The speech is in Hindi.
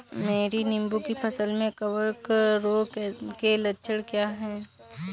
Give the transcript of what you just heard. मेरी नींबू की फसल में कवक रोग के लक्षण क्या है?